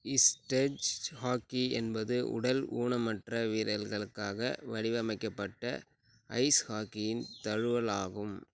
இஸ்டெஜ் hockey என்பது உடல் ஊனமற்ற வீரர்களுக்காக வடிவமைக்கப்பட்ட ஐஸ் ஹாக்கியின் தழுவல் ஆகும்